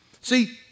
See